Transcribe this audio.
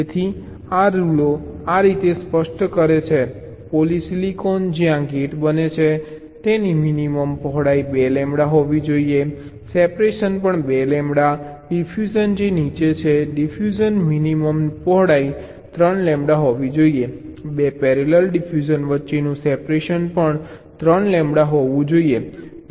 તેથી આ રૂલો આ રીતે સ્પષ્ટ કરે છે પોલિસિલિકોન જ્યાં ગેટ બને છે તેની મિનિમમ પહોળાઈ 2 લેમ્બડા હોવી જોઈએ સેપરેશન પણ 2 લેમ્બડા ડિફ્યુઝન જે નીચે છે ડિફ્યુઝન મિનિમમ પહોળાઈ 3 લેમ્બડા છે 2 પેરેલલ ડિફ્યુઝન વચ્ચેનું સેપરેશન પણ 3 લેમ્બડા હોવું જોઈએ